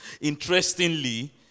Interestingly